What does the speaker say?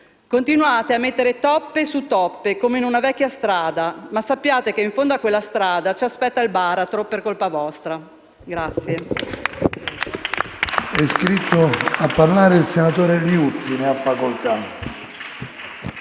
Continuate a mettere toppe su toppe, come su una vecchia strada, ma sappiate che in fondo a quella strada ci aspetta il baratro, per colpa vostra.